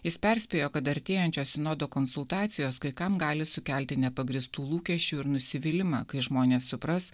jis perspėjo kad artėjančio sinodo konsultacijos kai kam gali sukelti nepagrįstų lūkesčių ir nusivylimą kai žmonės supras